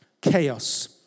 Chaos